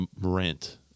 rent